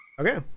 Okay